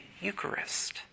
Eucharist